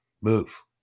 move